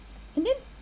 and then